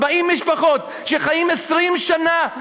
40 משפחות שחיות שם 20 שנה.